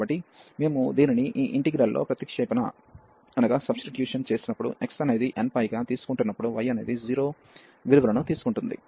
కాబట్టి మేము దీనిని ఈ ఇంటిగ్రల్ లో ప్రతిక్షేపణ చేసినప్పుడు x అనేది nπ గా తీసుకుంటున్నప్పుడు y అనేది 0 విలువలను తీసుకుంటుంది